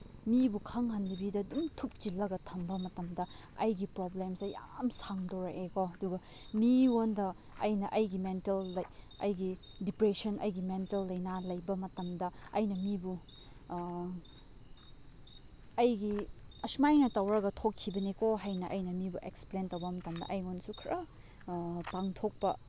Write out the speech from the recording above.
ꯃꯤꯕꯨ ꯈꯪꯍꯟꯗꯕꯤꯗ ꯑꯗꯨꯝ ꯊꯨꯞꯆꯤꯜꯂꯒ ꯊꯝꯕ ꯃꯇꯝꯗ ꯑꯩꯒꯤ ꯄ꯭ꯔꯣꯕ꯭ꯂꯦꯝꯁꯦ ꯌꯥꯝ ꯁꯥꯡꯗꯣꯔꯛꯑꯦ ꯀꯣ ꯑꯗꯨꯒ ꯃꯤꯉꯣꯟꯗ ꯑꯩꯅ ꯑꯩꯒꯤ ꯃꯦꯟꯇꯜ ꯂꯥꯏꯛ ꯑꯩꯒꯤ ꯗꯤꯄ꯭ꯔꯦꯁꯟ ꯑꯩꯒꯤ ꯃꯦꯟꯇꯜ ꯂꯥꯏꯅꯥ ꯂꯩꯕ ꯃꯇꯝꯗ ꯑꯩꯅ ꯃꯤꯕꯨ ꯑꯩꯒꯤ ꯑꯁꯨꯃꯥꯏꯅ ꯇꯧꯔꯒ ꯊꯣꯛꯈꯤꯕꯅꯤ ꯀꯣ ꯍꯥꯏꯅ ꯑꯩꯅ ꯃꯤꯕꯨ ꯑꯦꯛꯁꯄ꯭ꯂꯦꯟ ꯇꯧꯕ ꯃꯇꯝꯗ ꯑꯩꯉꯣꯟꯗꯁꯨ ꯈꯔ ꯄꯥꯡꯊꯣꯛꯄ